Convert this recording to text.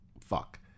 Fuck